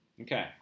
Okay